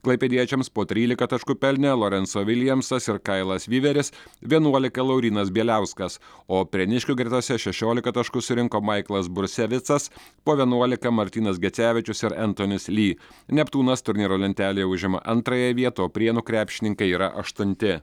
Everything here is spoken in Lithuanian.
klaipėdiečiams po trylika taškų pelnė lorenco viljamsas ir kailas vyveris vienuolika laurynas bieliauskas o prieniškių gretose šešiolika taškų surinko maiklas brusevicas po vienuolika martynas gecevičius ir entonis li neptūnas turnyro lentelėj užima antrąją vietą o prienų krepšininkai yra aštunti